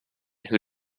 who